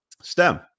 STEM